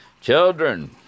Children